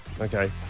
Okay